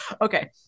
Okay